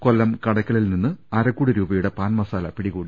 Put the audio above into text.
കൊല്ലം കടക്കലിൽ നിന്ന് അരക്കോടി രൂപയുടെ പാൻമസാല പിടികൂടി